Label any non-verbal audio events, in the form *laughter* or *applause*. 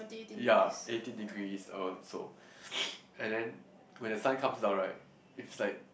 ya eighty degrees oh so *noise* and then when the sun comes down right is like